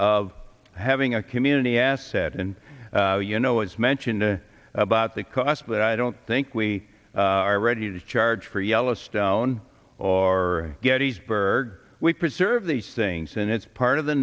of having a community asset and you know as mentioned about the cost but i don't think we are ready to charge for yellowstone or gettysburg we preserve these things and it's part of the